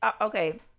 okay